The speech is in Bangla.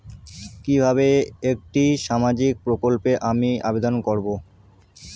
কিভাবে একটি সামাজিক প্রকল্পে আমি আবেদন করব?